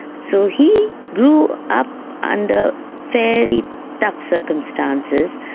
so he grew up under fairly tough circumstances.